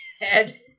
head